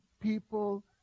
people